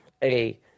hey